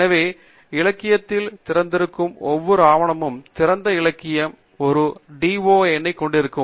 எனவே இலக்கியத்தில் திறந்திருக்கும் ஒவ்வொரு ஆவணமும் திறந்த இலக்கியம் ஒரு டிஒஐ எண்ணைக் கொண்டிருக்கும்